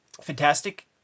Fantastic